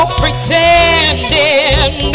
pretending